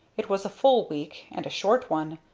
it was a full week, and a short one.